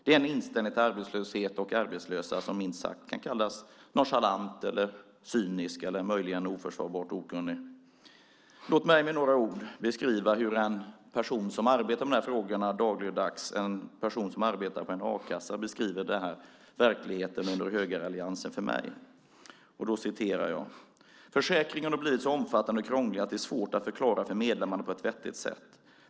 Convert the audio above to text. Det är en inställning till arbetslöshet och arbetslösa som minst sagt kan kallas nonchalant, cynisk eller möjligen oförsvarbart okunnig. Låt mig återge hur en person som arbetar med de här frågorna på en a-kassa dagligdags beskriver verkligheten under högeralliansen för mig. Detta är vad jag har fått höra av denna person: Försäkringarna har blivit så omfattande och krångliga att det är svårt att förklara dem för medlemmarna på ett vettigt sätt.